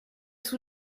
sous